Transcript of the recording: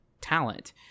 talent